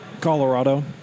Colorado